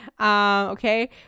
Okay